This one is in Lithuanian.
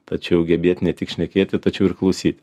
tačiau gebėt ne tik šnekėti tačiau ir klausyt